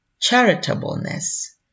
charitableness